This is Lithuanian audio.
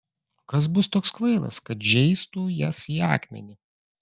kas bus toks kvailas kad žeistų jas į akmenį